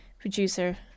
producer